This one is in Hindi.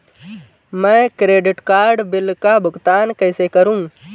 मैं क्रेडिट कार्ड बिल का भुगतान कैसे करूं?